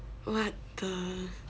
what the